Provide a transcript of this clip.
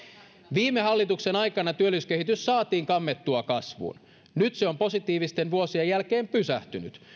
viime hallituksen aikana työllisyyskehitys saatiin kammettua kasvuun nyt se on positiivisten vuosien jälkeen pysähtynyt